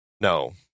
no